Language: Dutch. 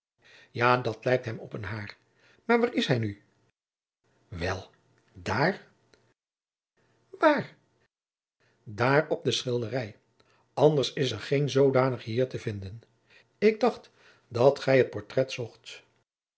ja dat lijkt hem op een hair maar waar is hij nu wel daar waar daar op de schilderij anders is er geen zoodanige hier te vinden ik dacht dat gij het portret zocht